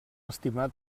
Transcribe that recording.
estimat